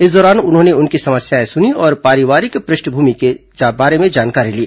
इस दौरान उन्होंने उनकी समस्याएं सुनीं और पारिवारिक पृष्ठभूमि के बारे में जानकारी ली